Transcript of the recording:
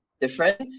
different